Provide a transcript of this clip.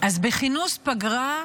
אז בכינוס פגרה,